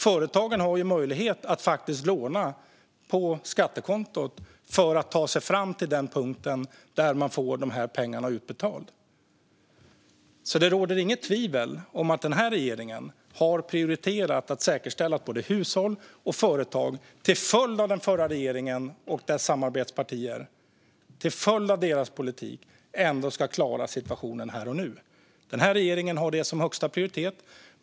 Företagen har möjlighet att låna på skattekontot för att ta sig fram till punkten där man får dessa pengar utbetalda. Det råder inget tvivel om att regeringen har prioriterat att säkerställa att både hushåll och företag, trots den förra regeringens och dess samarbetspartiers politik, ska klara situationen här och nu. Den här regeringen har detta som högsta prioritet.